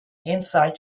insight